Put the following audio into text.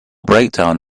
breakdown